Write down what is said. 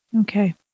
Okay